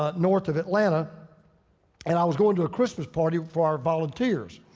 ah north of atlanta and i was going to a christmas party for our volunteers.